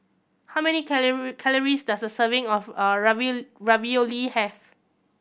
how many calories does a serving of a Ravioli have